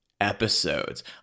episodes